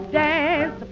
dance